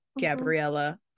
Gabriella